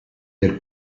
del